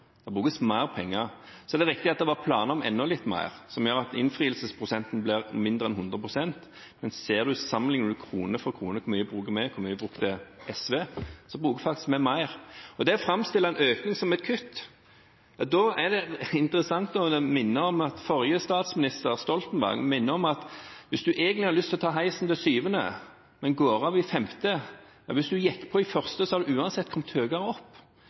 det brukes mer penger. Så er det riktig at det var planer om enda litt mer, noe som gjør at innfrielsesprosenten blir mindre enn 100 pst. Men sammenligner man krone for krone – hvor mye bruker vi, hvor mye brukte SV – bruker vi faktisk mer. Og når en framstiller en økning som et kutt, vil jeg minne om det som forrige statsminister, Stoltenberg, sa om at hvis man egentlig har lyst til å ta heisen til syvende etasje, men går av i femte etasje – og man gikk på i første etasje – så har man uansett kommet høyere opp,